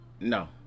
No